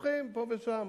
ומדווחים פה ושם.